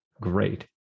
great